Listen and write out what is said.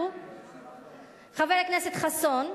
חבר הכנסת חסון,